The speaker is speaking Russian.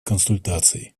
консультаций